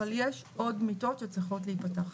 אבל יש עוד מיטות שצריכות להיפתח.